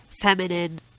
feminine